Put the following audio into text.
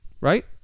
Right